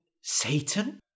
Satan